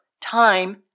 time